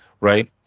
right